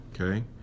Okay